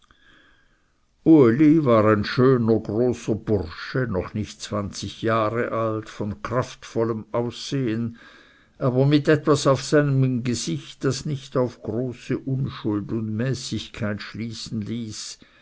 uli war ein großer schöner bursche noch nicht zwanzig jahre alt von kraftvollem aussehen aber mit etwas auf seinem gesichte das nicht auf große unschuld und mäßigkeit schließen ließ